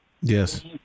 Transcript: Yes